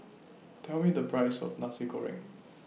Tell Me The Price of Nasi Goreng